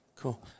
Cool